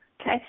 Okay